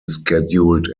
scheduled